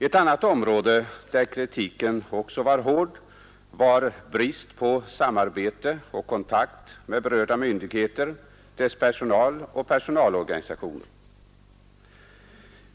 Ett annat område där kritiken också var hård gällde brist på samarbete och kontakt med berörda myndigheter, deras personal och personalorganisationer.